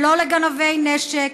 לא לגנבי נשק,